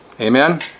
Amen